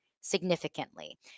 significantly